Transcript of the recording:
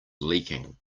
leaking